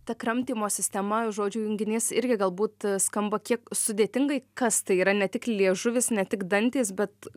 ta kramtymo sistema žodžių junginys irgi galbūt skamba kiek sudėtingai kas tai yra ne tik liežuvis ne tik dantys bet